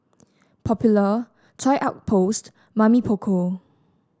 Popular Toy Outpost Mamy Poko